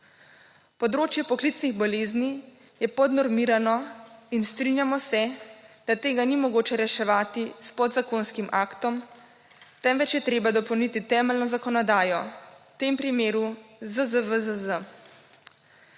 Področje poklicnih bolezni je podnormirano in strinjamo se, da tega ni mogoče reševati s podzakonskim aktom, temveč je treba dopolniti temeljno zakonodajo, v tem primeru ZZVZZ.